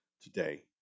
today